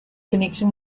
connection